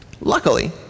Luckily